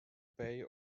bay